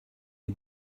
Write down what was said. had